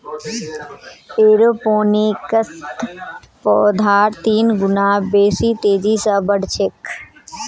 एरोपोनिक्सत पौधार तीन गुना बेसी तेजी स बढ़ छेक